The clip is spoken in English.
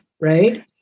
right